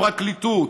הפרקליטות,